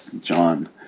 John